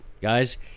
guys